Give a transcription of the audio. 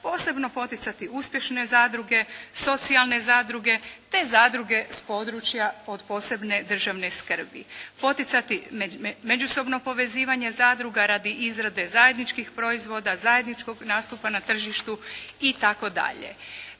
posebno poticati uspješne zadruge, socijalne zadruge te zadruge s područje od posebne državne skrbi, poticati međusobno povezivanje zadruga radi izrade zajedničkih proizvoda, zajedničkog nastupa na tržištu itd.